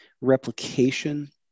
replication